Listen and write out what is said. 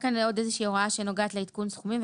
הייתה כאן עוד איזו שהיא הוראה שנוגעת לעדכון סכומים,